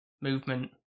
movement